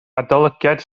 adolygiad